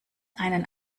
einen